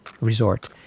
resort